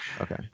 Okay